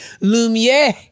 Lumiere